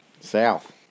South